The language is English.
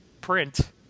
print